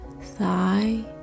thigh